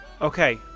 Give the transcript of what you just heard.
Okay